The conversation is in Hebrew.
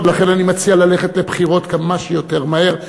ולכן אני מציע ללכת לבחירות כמה שיותר מהר,